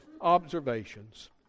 observations